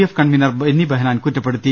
F convenor Benny Behanan കുറ്റപ്പെടുത്തി